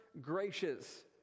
gracious